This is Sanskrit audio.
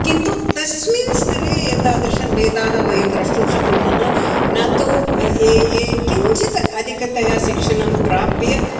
किन्तु तस्मिन् स्तरे एतादृशं भेदाः वयं द्रष्टुं शक्नुमः न तु ये ये किञ्चित् अधिकतया शिक्षणं प्राप्य